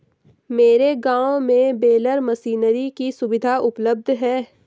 मेरे गांव में बेलर मशीनरी की सुविधा उपलब्ध है